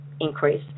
increase